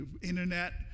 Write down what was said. internet